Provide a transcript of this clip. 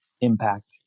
impact